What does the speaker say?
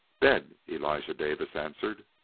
bed, elijah davis answered.